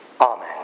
Amen